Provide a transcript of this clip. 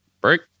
Break